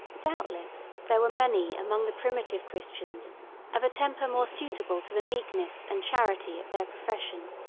doubtless there were many among the primitive christians of a temper more suitable to the meekness and charity of their profession.